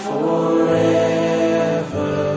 forever